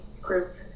group